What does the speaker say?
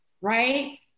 right